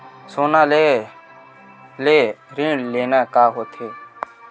सोना ले ऋण लेना का होथे?